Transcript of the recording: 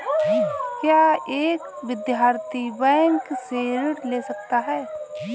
क्या एक विद्यार्थी बैंक से ऋण ले सकता है?